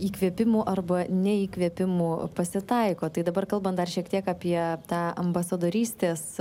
įkvėpimų arba neįkvėpimų pasitaiko tai dabar kalbant dar šiek tiek apie tą ambasadorystės